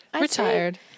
retired